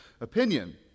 opinion